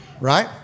right